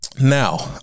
Now